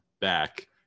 back